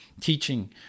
Teaching